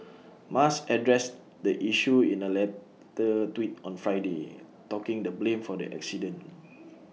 musk addressed the issue in A later tweet on Friday talking the blame for the accident